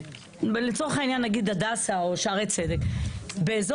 לצורך העניין נגיד הדסה או שערי צדק באזור